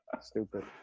Stupid